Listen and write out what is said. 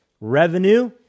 revenue